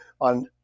on